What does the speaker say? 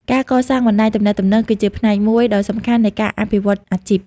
ការកសាង បណ្តាញទំនាក់ទំនង គឺជាផ្នែកមួយដ៏សំខាន់នៃការអភិវឌ្ឍន៍អាជីព។